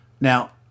Now